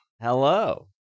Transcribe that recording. Hello